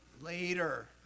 later